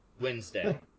wednesday